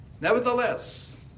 Nevertheless